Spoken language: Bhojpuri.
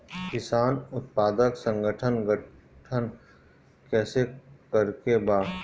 किसान उत्पादक संगठन गठन कैसे करके बा?